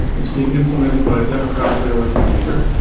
it's being implemented by a democratically elected leader.